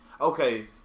okay